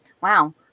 wow